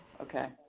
Okay